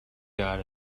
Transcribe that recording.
got